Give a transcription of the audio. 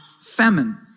famine